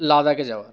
লাদাখে যাওয়া